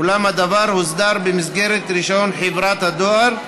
אולם הדבר הוסדר במסגרת רישיון חברת הדואר,